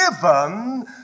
given